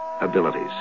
abilities